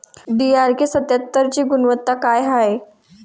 DRK सत्यात्तरची गुनवत्ता काय हाय?